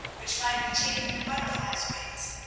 which might be taken for butterflies' wings.